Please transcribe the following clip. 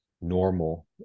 normal